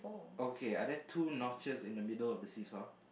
okay are there two notches in the middle of the see saw